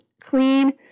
clean